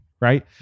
Right